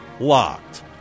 Locked